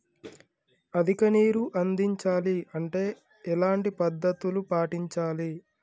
అధిక నీరు అందించాలి అంటే ఎలాంటి పద్ధతులు పాటించాలి?